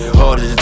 harder